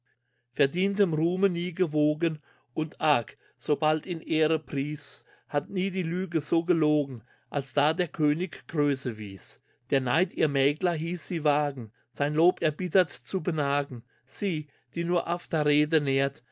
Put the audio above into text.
verdientem ruhme nie gewogen und arg sobald ihn ehre pries hat nie die lüge so gelogen als da der könig größe wies der neid ihr mäkler hieß sie wagen sein lob erbittert zu benagen sie die nur afterrede nährt